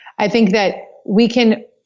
i think that we can